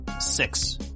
Six